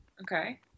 okay